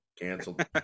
Canceled